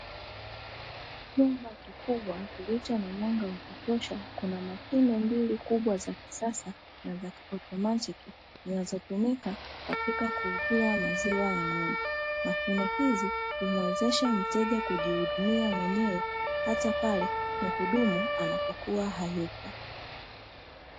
Chumba kikubwa kilicho na mwanga wa kutosha kuna mashine mbili kubwa za kisasa na za kiautomatiki zinazotumika katika kuuzia maziwa ya ng'ombe. Mashine hizi humwezesha mteja kujihudumia mwenyewe hata pale mhudumu anapokuwa hayupo.